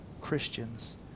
Christians